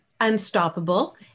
unstoppable